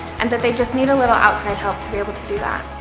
and that they just need a little outside help to be able to do that.